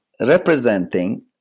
representing